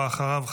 ואחריו,